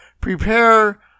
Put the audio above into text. prepare